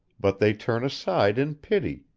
but they turn aside in pity,